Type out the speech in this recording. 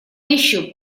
ещё